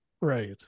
Right